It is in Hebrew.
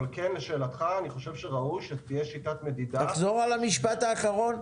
לשאלתך: אני חושב שראוי שתהיה שיטת מדידה --- תחזור על המשפט האחרון: